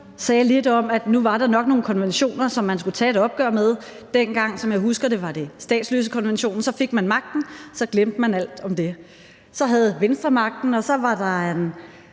sagde lidt om, at nu var der nok nogle konventioner, som man skulle tage et opgør med – dengang var det statsløsekonventionen, som jeg husker det – men så fik man magten, og så glemte man alt om det. Så havde Venstre magten, og så var der